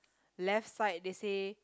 left side they say